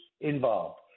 involved